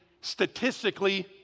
statistically